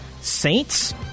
Saints